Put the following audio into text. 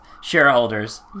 shareholders